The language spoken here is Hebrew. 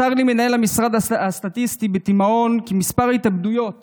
מסר לי מנהל המשרד הסטטיסטי בתימהון כי מספר ההתאבדויות